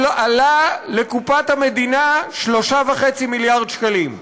עלה לקופת המדינה 3.5 מיליארד שקלים.